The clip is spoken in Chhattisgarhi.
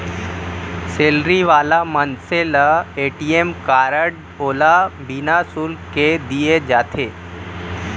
सेलरी वाला मनसे ल ए.टी.एम कारड ओला बिना सुल्क के दिये जाथे